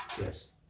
Yes